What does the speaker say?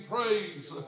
praise